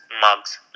mugs